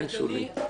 כן, שולי.